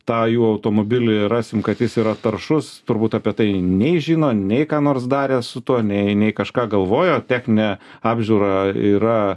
tą jų automobilį rasim kad jis yra taršus turbūt apie tai nei žino nei ką nors darė su tuo nei kažką galvojo techninė apžiūra yra